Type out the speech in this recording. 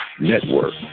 Network